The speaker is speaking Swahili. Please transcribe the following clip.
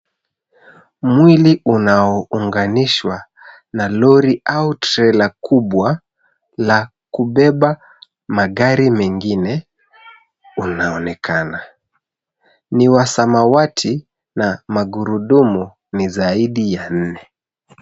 Mwili unaounganishwa na lori au trela kubwa la kubeba magari mengine, unaonekana. Ni wa samawati na magurudumu ni zaidi ya nne.